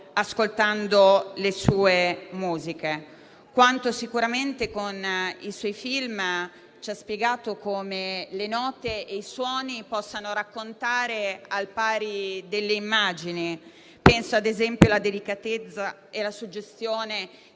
ascoltando le sue musiche; quanto sicuramente con i suoi film egli ci abbia spiegato come le note e i suoni possano raccontare al pari delle immagini. Penso, ad esempio, alla delicatezza e alla suggestione che